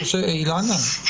אילנה,